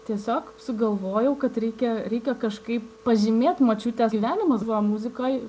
tiesiog sugalvojau kad reikia reikia kažkaip pažymėt močiutės gyvenimas buvo muzikoj